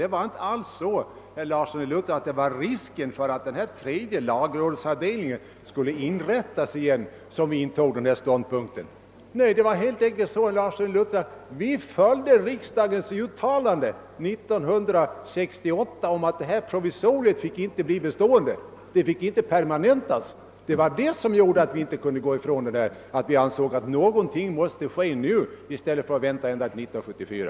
Det var inte så att vi intog den ståndpunkt vi gjorde på grund av risken för att den tredje lagrådsavdelningen skulle inrättas igen. Vi följde helt enkelt riksdagens uttalande 1968 om att detta provisorium inte fick bli bestående, det fick inte permanentas. Det var det som gjorde att vi ansåg att någonting måste göras nu; vi ansåg att man inte skulle vänta till 1974.